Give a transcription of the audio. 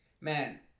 Man